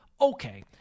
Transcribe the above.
Okay